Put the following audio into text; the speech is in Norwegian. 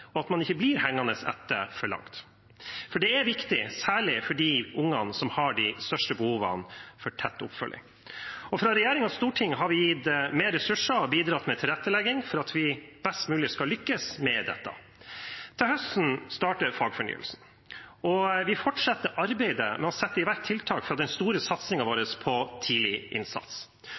og at man ikke blir hengende for langt etter. Det er viktig, særlig for de ungene som har de største behovene for tett oppfølging. Fra regjering og storting har vi gitt mer ressurser og bidratt med tilrettelegging for at vi best mulig skal lykkes med dette. Til høsten starter fagfornyelsen, og vi fortsetter arbeidet med å sette i verk tiltak fra den store satsingen vår på tidlig innsats.